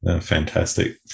Fantastic